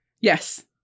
Yes